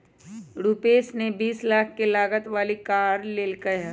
रूपश ने बीस लाख के लागत वाली कार लेल कय है